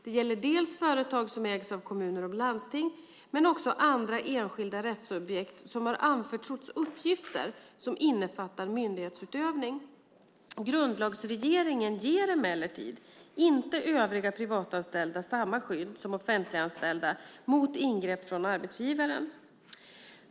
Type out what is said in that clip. Det gäller dels företag som ägs av kommuner och landsting, dels andra enskilda rättssubjekt som har anförtrotts uppgifter som innefattar myndighetsutövning. Grundlagsregleringen ger emellertid inte övriga privatanställda samma skydd som offentliganställda mot ingrepp från arbetsgivaren.